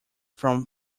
from